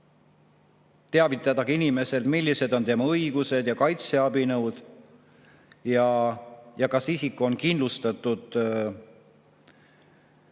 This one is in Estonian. teavitada inimest, millised on tema õigused ja kaitseabinõud ja kas isik on kindlustatud